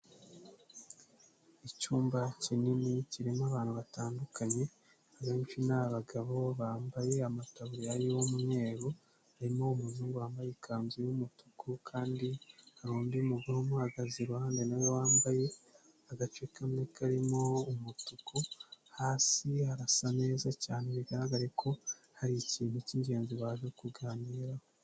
icyumba kinini kirimo abantu batandukanye abenshi ni abagabo bambaye amatab y'umweru, harimo umuzungu wambaye ikanzu y'umutuku kandi hari undi mugore umuhagaze iruhande nawe wambaye agace kamwe karimo umutuku, hasi harasa neza cyane bigaragare ko hari ikintu cy'ingenzi baje kuganiraho.